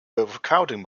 overcrowding